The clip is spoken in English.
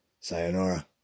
Sayonara